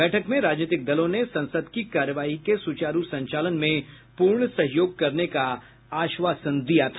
बैठक में राजनीतिक दलों ने संसद की कार्यवाही के सुचारू संचालन में पूर्ण सहयोग करने का आश्वासन दिया था